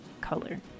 color